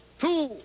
two